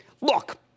Look